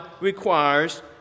requires